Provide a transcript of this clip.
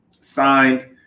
signed